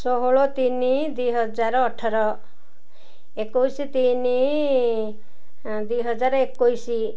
ଷୋହଳ ତିନି ଦୁଇ ହଜାର ଅଠର ଏକୋଇଶ ତିନି ଦୁଇ ହଜାର ଏକୋଇଶ